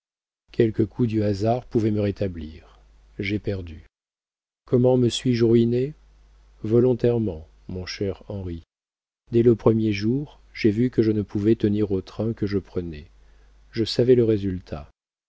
quelque coup du hasard pouvait me rétablir j'ai perdu comment me suis-je ruiné volontairement mon cher henri dès le premier jour j'ai vu que je ne pouvais tenir au train que je prenais je savais le résultat